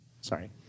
sorry